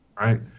right